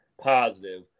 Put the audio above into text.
positive